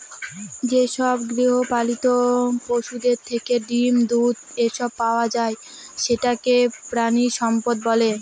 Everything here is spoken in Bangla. যেসব গৃহপালিত পশুদের থেকে ডিম, দুধ, এসব পাওয়া যায় সেটাকে প্রানীসম্পদ বলে